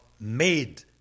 made